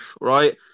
right